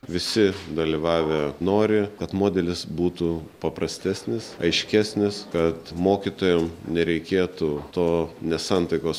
visi dalyvavę nori kad modelis būtų paprastesnis aiškesnis kad mokytojam nereikėtų to nesantaikos